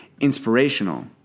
inspirational